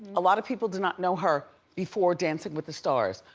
a lot of people did not know her before dancing with the stars.